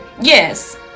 yes